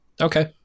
Okay